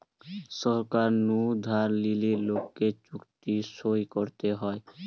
সরকার নু ধার লিলে লোককে চুক্তি সই করতে হয়